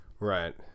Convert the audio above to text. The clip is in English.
Right